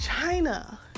China